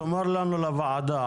תאמר לנו לוועדה,